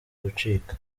gucika